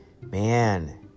Man